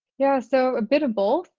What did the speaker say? yeah, so a bit of both.